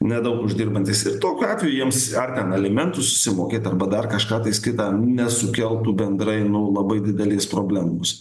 nedaug uždirbantys ir tokiu atveju jiems ar ten alimentus susimokėt arba dar kažką tais kitą nesukeltų bendrai nu labai didelės problemos